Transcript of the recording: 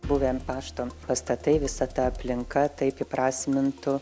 buvę pašto pastatai visa ta aplinka taip įprasmintų